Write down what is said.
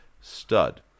Stud